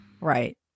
Right